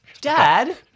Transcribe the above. Dad